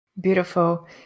beautiful